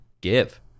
give